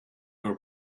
were